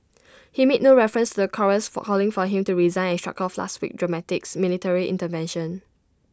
he made no reference the chorus for calling for him to resign and shrugged off last week dramatics military intervention